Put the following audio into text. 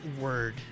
word